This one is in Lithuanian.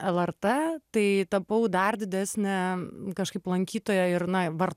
lrt tai tapau dar didesne kažkaip lankytoja ir na var